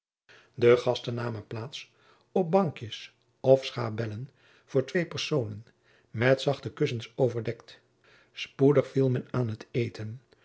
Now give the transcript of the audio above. de gasten namen plaats op bankjens of schabellen voor twee personen met zachte kussens overdekt spoedig viel men aan t eten